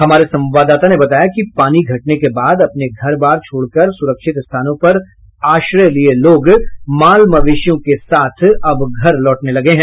हमारे संवाददाता ने बताया कि पानी घटने के बाद अपने घरवार छोड़कर सुरक्षित स्थानों पर आश्रय लिये लोग माल मवेशियों के साथ घर लौटने लगे हैं